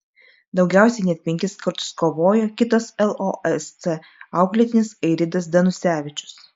daugiausiai net penkis kartus kovojo kitas losc auklėtinis airidas danusevičius